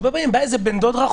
הרבה פעמים בא איזה בן דוד רחוק,